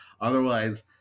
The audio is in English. otherwise